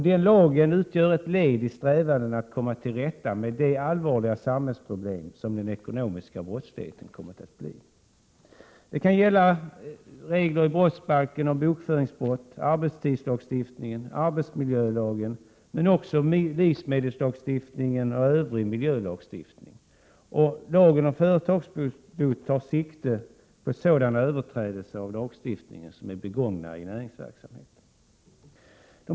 Den lagen utgör ett led i strävandena att komma till rätta med det allvarliga samhällsproblem som den ekonomiska brottsligheten har kommit att bli. Det kan gälla regler i brottsbalken om bokföringsbrott, arbetstidslagstiftningen, arbetsmiljölagen, livsmedelslagstiftningen och övrig miljölagstiftning. Lagen om företagsbot tar sikte på sådana överträdelser av lagstiftningen som begås i näringsverksamhet.